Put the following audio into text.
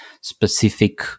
specific